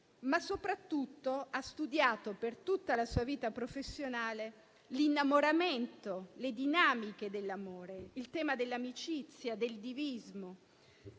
ma soprattutto ha studiato per tutta la sua vita professionale l'innamoramento, le dinamiche dell'amore, il tema dell'amicizia, del divismo.